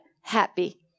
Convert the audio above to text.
Happy